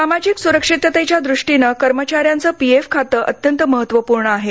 सामाजिक सुरक्षिततेच्या दृष्टीने कर्मचाऱ्यांचे पीएफ खाते अत्यंत महत्वपूर्ण आहे